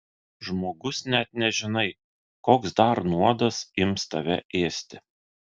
žmogus net nežinai koks dar nuodas ims tave ėsti